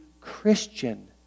Christian